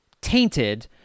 tainted